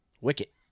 Wicket